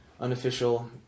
unofficial